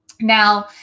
Now